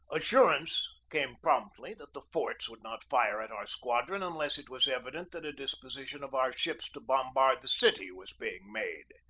assurance came promptly that the forts would not fire at our squadron unless it was evident that a disposition of our ships to bombard the city was being made.